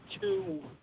two